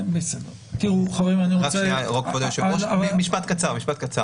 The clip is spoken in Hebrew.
כבוד היושב-ראש, משפט קצר.